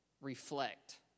reflect